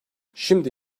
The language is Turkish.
şimdi